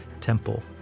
temple